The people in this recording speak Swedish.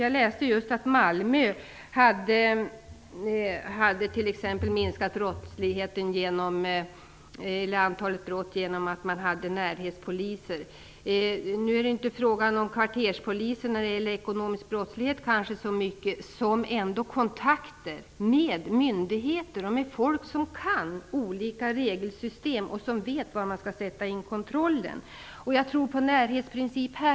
Jag har nyss läst om att man t.ex. i Malmö har minskat antalet brott genom att sätta in närhetspoliser. När det gäller ekonomisk brottslighet är det inte så mycket fråga om kvarterspoliser som om kontakter med myndigheter och med folk som kan olika regelsystem och som vet var man skall sätta in kontrollen. Jag tror på en närhetsprincip också här.